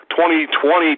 2020